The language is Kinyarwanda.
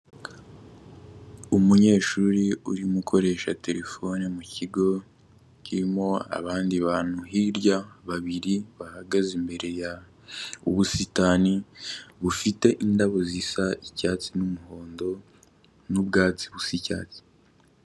Umunyeshuri urimo ukoresha terefone mu kigo kirimo abandi bantu hirya babiri bahagaze imbere y'ubusitani bufite indabo zisa icyatsi n'umuhondo, n'ubwatsi busa icyatsi.